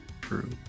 true